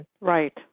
Right